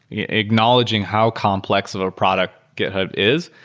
acknowledging how complex of a product github is,